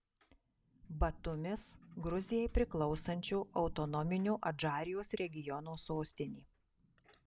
batumis gruzijai priklausančio autonominio adžarijos regiono sostinė